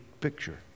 picture